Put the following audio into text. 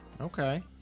Okay